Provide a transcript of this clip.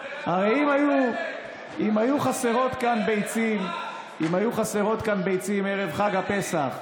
הרי אם היו חסרות כאן ביצים בערב חג הפסח,